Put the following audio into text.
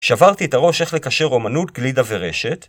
שברתי את הראש איך לקשר אומנות, גלידה ורשת.